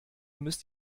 müsst